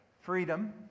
freedom